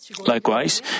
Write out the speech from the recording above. Likewise